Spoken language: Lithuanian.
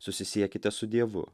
susisiekite su dievu